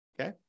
Okay